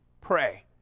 pray